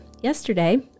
Yesterday